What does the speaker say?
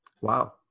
wow